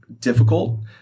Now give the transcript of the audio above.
difficult